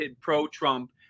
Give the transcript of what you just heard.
pro-Trump